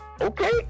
Okay